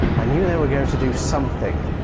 i knew they were going to do something,